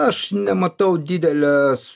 aš nematau didelės